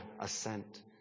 assent